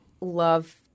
love